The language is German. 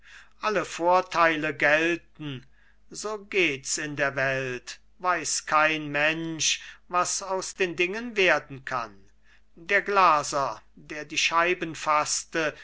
alle vorteile gelten so geht's in der welt weiß kein mensch was aus den dingen werden kann der glaser der die